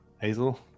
Hazel